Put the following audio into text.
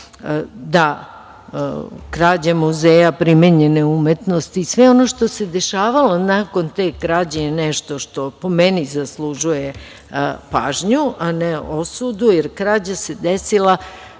krađa Muzeja primenjene umetnosti, i sve ono što se dešavalo nakon te krađe je nešto što, po meni, zaslužuje pažnju, a ne osudu, jer krađa se desila